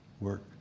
work